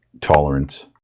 tolerance